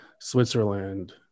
Switzerland